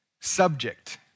subject